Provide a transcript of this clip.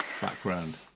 background